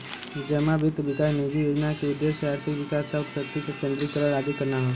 जमा वित्त विकास निधि योजना क उद्देश्य आर्थिक विकास आउर शक्ति क विकेन्द्रीकरण आदि करना हौ